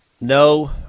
no